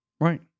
Right